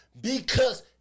Because-